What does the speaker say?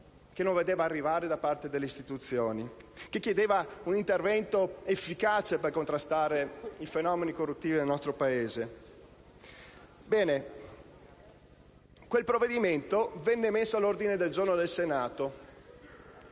che non vedeva arrivare da parte delle istituzioni, ed efficace per contrastare i fenomeni corruttivi del nostro Paese. Bene, quel provvedimento venne posto all'ordine del giorno del Senato